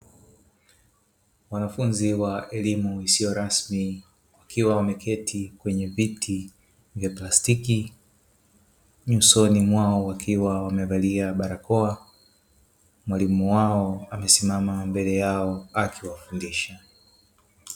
Wanafunzi wa elimu isiyo rasmi wakiwa wameketi kwenye viti vya plastiki nyusoni mwao wakiwa wamevalia barakoa, mwalimu wao amesimama mbele yao akiwafundisha.